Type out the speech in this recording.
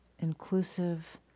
inclusive